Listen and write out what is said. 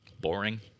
boring